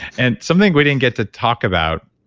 and something we didn't get to talk about,